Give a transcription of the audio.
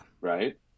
Right